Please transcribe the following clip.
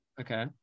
Okay